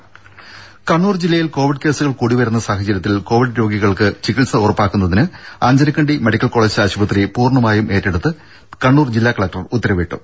ദേഴ കണ്ണൂർ ജില്ലയിൽ കൊവിഡ് കേസുകൾ കൂടിവരുന്ന സാഹചര്യത്തിൽ കൊവിഡ് രോഗികൾക്ക് ചികിത്സ ഉറപ്പാക്കുന്നതിനായി അഞ്ചരക്കണ്ടി മെഡിക്കൽ കോളേജ് ആശുപത്രി പൂർണമായും ഏറ്റെടുത്ത് കണ്ണൂർ ജില്ലാ കലക്ടർ ഉത്തരവായി